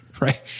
right